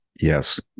Yes